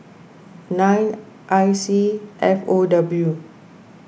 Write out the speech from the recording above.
nine I C F O W